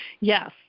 Yes